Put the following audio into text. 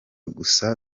gusa